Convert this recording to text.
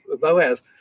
Boaz